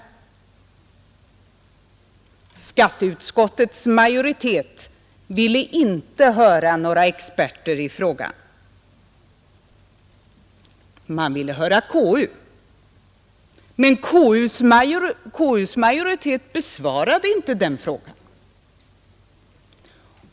Skatteutskottets majoritet ville inte höra några experter i frågan. Man ville höra KU; men KU:s majoritet besvarade inte den frågan.